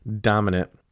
dominant